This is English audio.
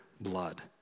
blood